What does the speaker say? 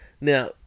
Now